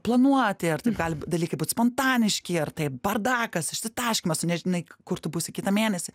planuoti ar taip gali dalykai būti spontaniški ar taip bardakas išsitaškymas tu nežinai kur tu būsi kitą mėnesį